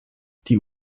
die